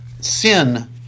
sin